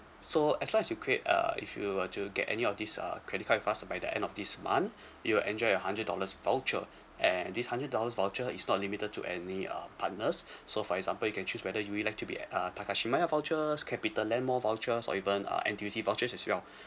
so as long as you create uh if you were to get any of these uh credit card with us by the end of this month you'll enjoy a hundred dollars voucher and this hundred dollars voucher is not limited to any uh partners so for example you can choose whether you'd like it to be uh takashimaya vouchers capitaland mall vouchers or even uh N_T_U_C vouchers as well